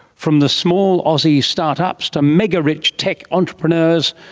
from the small aussie start-ups to megarich tech entrepreneurs,